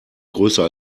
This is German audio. größer